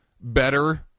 better